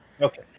Okay